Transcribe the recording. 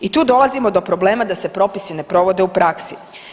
I tu dolazimo do problema da se propisi ne provode u praksi.